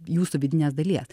jūsų vidinės dalies